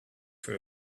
for